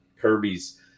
Kirby's